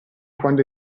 quando